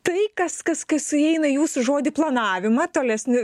tai kas kas kas sueina į jūsų žodį planavimą tolesni